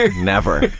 ah never,